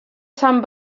sant